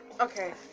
okay